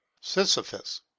Sisyphus